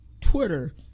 Twitter